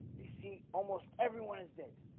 they see almost everyone is dead